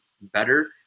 better